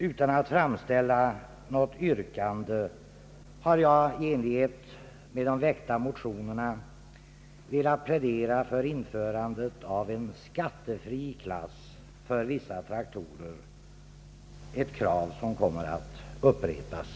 Utan att framställa något yrkande har jag i enlighet med de väckta motionerna velat plädera för införandet av en skattefri klass för vissa traktorer, ett krav som kommer att upprepas.